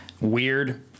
Weird